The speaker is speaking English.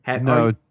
no